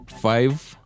five